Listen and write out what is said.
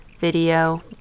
video